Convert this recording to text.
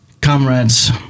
comrades